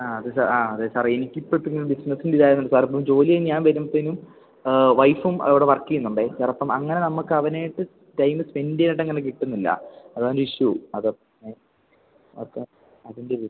ആ അത് ആ അതെ സാർ എനിക്ക് ഇപ്പം പിന്നെ ബിസിനസിൻ്റെ ഇതായതുകൊണ്ട് സാർ അപ്പം ജോലി കഴിഞ്ഞു ഞാൻ വരുമ്പോഴത്തേക്ക് വൈഫും അവിടെ വർക്ക് ചെയ്യുന്നുണ്ട് സാർ അപ്പം അങ്ങനെ നമ്മൾക്ക് അവനുമായിട്ട് ടൈമ് സ്പെൻഡ് ചെയ്യാനായിട്ട് അങ്ങനെ കിട്ടുന്നില്ല അതാണ് ഇഷ്യൂ അത് അത് അതിൻ്റെ ഒരു